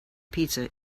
pizza